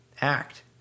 act